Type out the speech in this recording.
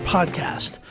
Podcast